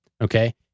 okay